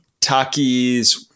takis